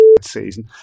season